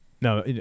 No